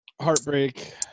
heartbreak